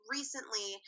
Recently